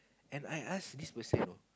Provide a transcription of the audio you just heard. and I ask this person you know